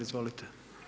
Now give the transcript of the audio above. Izvolite.